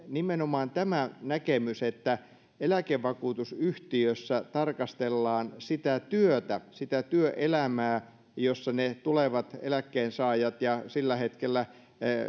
nimenomaan tämä näkemys että eläkevakuutusyhtiössä tarkastellaan sitä työtä sitä työelämää jossa ne tulevat eläkkeensaajat ja sillä hetkellä